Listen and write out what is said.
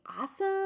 awesome